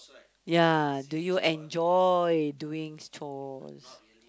ya do you enjoy doing chores